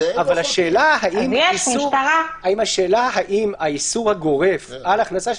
אבל השאלה האם האיסור הגורף על ההכנסה של